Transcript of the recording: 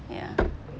ya